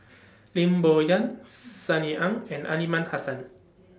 Lim Bo Yam Sunny Ang and Aliman Hassan